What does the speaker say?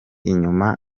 inyuma